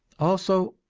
also,